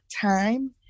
time